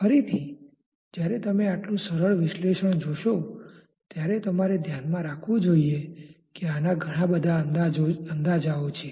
ફરીથી જ્યારે તમે આટલું સરળ વિશ્લેષણ જોશો ત્યારે તમારે ધ્યાનમાં રાખવું જોઈએ કે આના ઘણા બધા અંદાજાઓ છે